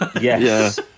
Yes